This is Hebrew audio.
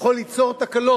יכול ליצור תקלות.